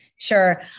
Sure